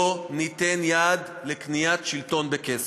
לא ניתן יד לקניית שלטון בכסף.